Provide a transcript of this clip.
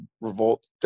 revolt